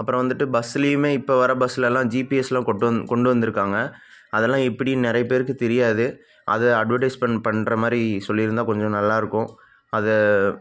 அப்புறம் வந்துட்டு பஸ்ஸுலேயுமே இப்போ வர பஸ்லெல்லாம் ஜிபிஎஸ்யெல்லாம் கொண்ட்டு வந் கொண்டு வந்திருக்காங்க அதெல்லாம் எப்படின்னு நிறைய பேருக்கு தெரியாது அதை அட்வடைஸ்மெண்ட் பண்ணுற மாதிரி சொல்லியிருந்தா கொஞ்சம் நல்லாயிருக்கும் அதை